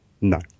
No